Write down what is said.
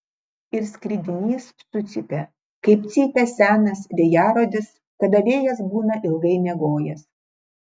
ir skridinys sucypė kaip cypia senas vėjarodis kada vėjas būna ilgai miegojęs